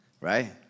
Right